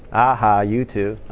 aha, you too!